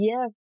Yes